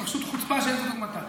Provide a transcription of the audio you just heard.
פשוט חוצפה שאין כדוגמתה.